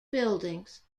buildings